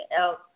else